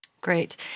Great